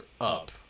up